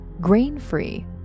grain-free